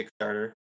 kickstarter